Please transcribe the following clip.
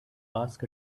ask